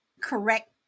correct